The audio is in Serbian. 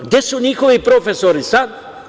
Gde su njihovi profesori sad?